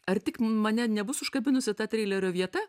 ar tik mane nebus užkabinusi ta treilerio vieta